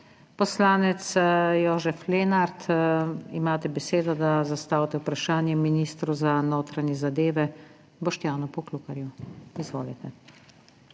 Poslanec Jožef Lenart, imate besedo, da zastavite vprašanje ministru za notranje zadeve Boštjanu Poklukarju. Izvolite.